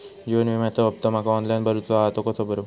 जीवन विम्याचो हफ्तो माका ऑनलाइन भरूचो हा तो कसो भरू?